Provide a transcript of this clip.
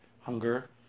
hunger